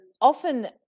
often